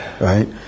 right